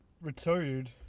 retired